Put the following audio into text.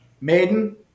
Maiden